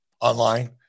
online